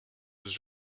was